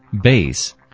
base